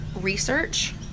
research